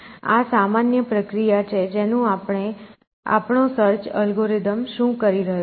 આ સામાન્ય પ્રક્રિયા છે જેનું પાલન આપણો સર્ચ એલ્ગોરિધમ કરી રહ્યું છે